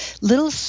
little